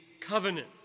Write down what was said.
covenant